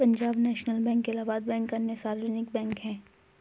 Punjab national bank Allahabad bank अन्य सार्वजनिक bank है